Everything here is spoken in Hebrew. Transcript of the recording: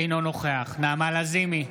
אינו נוכח נעמה לזימי,